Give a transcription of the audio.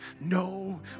no